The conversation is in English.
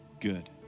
good